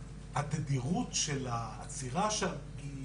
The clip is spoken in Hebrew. התדירות של העצירה שם היא